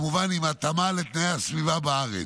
כמובן עם התאמה לתנאי הסביבה בארץ.